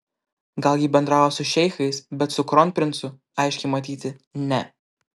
gal ji bendravo su šeichais bet su kronprincu aiškiai matyti ne